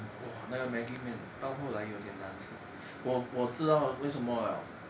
um !wah! 那个 maggi 面到后来有点难吃我我知道为什么了